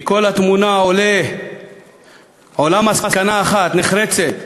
מכל התמונה עולה מסקנה אחת נחרצת,